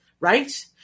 right